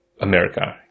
america